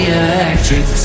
electric